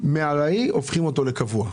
מארעי הופכים אותו לקבוע.